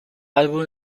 álbum